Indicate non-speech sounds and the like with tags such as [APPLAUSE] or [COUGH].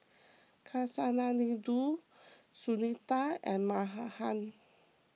Kasinadhuni Sunita and [UNINTELLIGIBLE]